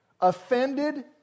offended